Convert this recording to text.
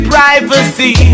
Privacy